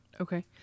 Okay